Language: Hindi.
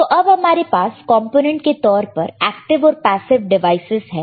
तो अब हमारे पास कंपोनेंट के तौर पर एक्टिव ओर पैसिव डिवाइसेज है